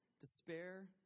despair